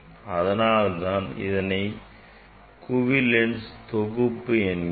அதனால் தான் இதனை குவி லென்ஸ் தொகுப்பு என்கிறோம்